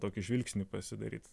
tokį žvilgsnį pasidaryt